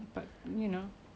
since you've been asking me